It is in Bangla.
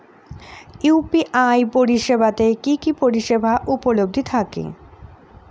ইউ.পি.আই পরিষেবা তে কি কি পরিষেবা উপলব্ধি থাকে?